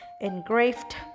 engraved